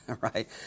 right